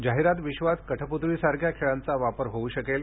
जाहिरात विश्वात कठप्तळीसारख्या खेळांचा वापर होऊ शकेल